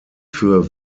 für